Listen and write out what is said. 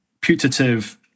putative